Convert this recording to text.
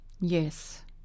Yes